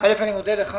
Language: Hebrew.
אני מודה לך.